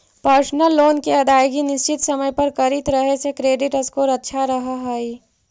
personal loan के अदायगी निश्चित समय पर करित रहे से क्रेडिट स्कोर अच्छा रहऽ हइ